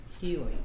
healing